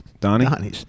Donnie